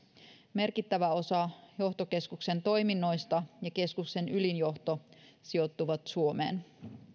merkittävä osa johtokeskuksen toiminnoista ja keskuksen ylin johto sijoittuvat suomeen